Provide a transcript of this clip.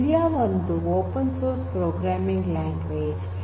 Julia ಒಂದು open source programming language